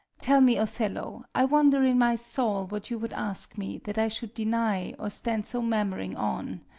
tell me, othello i wonder in my soul, what you would ask me, that i should deny, or stand so mammering on.